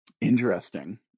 Interesting